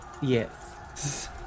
Yes